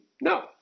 No